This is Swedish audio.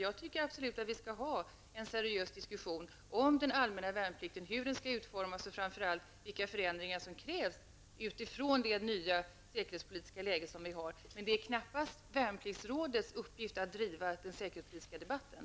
Jag tycker absolut att vi skall ha en seriös diskussion om den allmänna värnplikten, hur den skall utformas och framför allt vilka förändringar som krävs utifrån den nya säkerhetspolitiska situation som råder. Men det är knappast Värnpliktsrådets uppgift att föra den säkerhetspolitiska debatten.